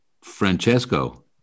Francesco